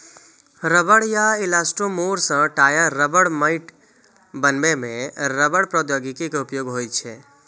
रबड़ या इलास्टोमोर सं टायर, रबड़ मैट बनबै मे रबड़ प्रौद्योगिकी के उपयोग होइ छै